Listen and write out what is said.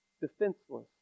defenseless